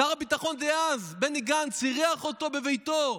שר הביטחון דאז בני גנץ, אירח אותו בביתו,